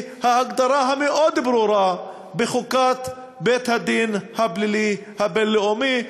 ההגדרה הברורה-מאוד בחוקת בית-הדין הפלילי הבין-לאומי,